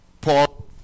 Paul